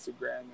Instagram